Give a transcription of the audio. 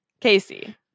Casey